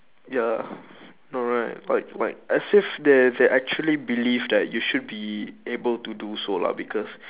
ya know right like like as if they they actually believe that you should be able to do so lah because